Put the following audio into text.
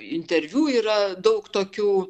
interviu yra daug tokių